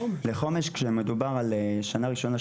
כשמדובר על שנה ראשונה,